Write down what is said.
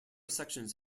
sections